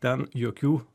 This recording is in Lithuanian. ten jokių